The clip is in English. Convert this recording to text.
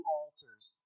altars